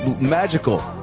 magical